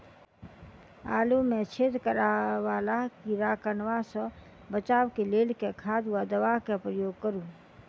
आलु मे छेद करा वला कीड़ा कन्वा सँ बचाब केँ लेल केँ खाद वा दवा केँ प्रयोग करू?